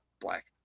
black